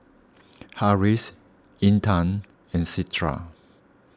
Harris Intan and Citra